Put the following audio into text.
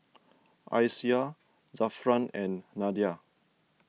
Aisyah Zafran and Nadia